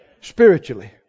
spiritually